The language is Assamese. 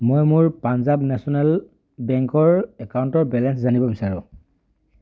মই মোৰ পাঞ্জাব নেশ্যনেল বেংকৰ একাউণ্টৰ বেলেঞ্চ জানিব বিচাৰো